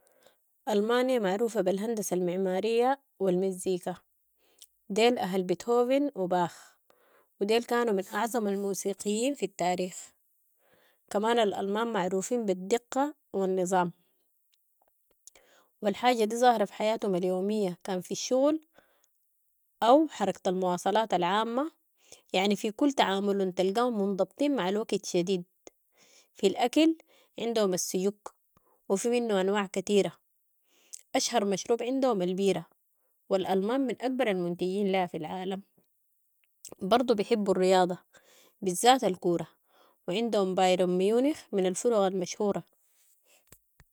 المانيا معروفة بالهندسة المعمارية والمزيكا ديل اهل بيتهوفن وباخ وديل كانوا من أعظم الموسيقيين في التاريخ، كمان الألمان معروفين بالدقة والنظام والحاجة دي ظاهرة في حياتهم اليومية كان في الشغل اوحركة المواصلات العامة يعني في كل تعاملهم تلقاهم منضبطين مع الوكت شديد. في الأكل عندهم السجوك وفي منو انواع كتيرة، أشهر مشروب عندهم البيرة والالمان من أكبر المنتجين ليها في العالم، برضو بيحبوا الرياضة بالذات الكورة وعندهم بايرن ميونيخ من الفرق المشهورة.